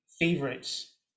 favorites